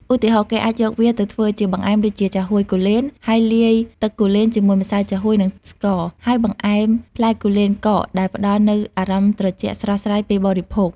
ឧទាហរណ៍ គេអាចយកវាទៅធ្វើជាបង្អែមដូចជា ចាហួយគូលែន ដោយលាយទឹកគូលែនជាមួយម្សៅចាហួយ និងស្ករ ហើយបង្អែម ផ្លែគូលែនកក ដែលផ្ដល់នូវអារម្មណ៍ត្រជាក់ស្រស់ស្រាយពេលបរិភោគ។